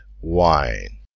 wine